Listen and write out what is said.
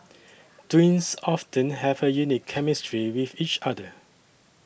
twins often have a unique chemistry with each other